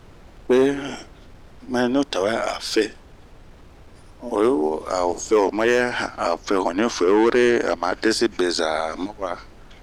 ɲufeeh, mɛ ɲu tawɛ a fee, oyi wo a o fe ho mayɛ. Oyiwo a o feho mayɛɛ, ao fe an ɲufue were a o ma desi beza ma wa.